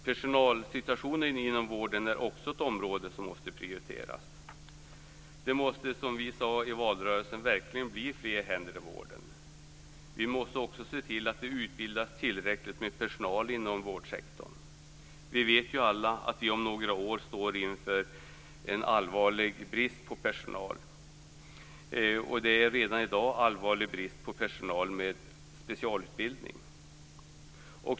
Personalsituationen inom vården är också ett område som måste prioriteras. Det måste, som vi sade i valrörelsen, verkligen bli fler händer i vården. Vi måste också se till att det utbildas tillräckligt med personal inom vårdsektorn. Vi vet ju alla att vi om några år står inför en allvarlig brist på personal. Det är redan i dag en allvarlig brist på personal med specialutbildning.